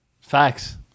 Facts